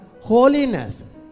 holiness